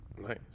Nice